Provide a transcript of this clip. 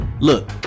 Look